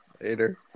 Later